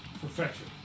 Perfection